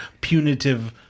punitive